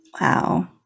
Wow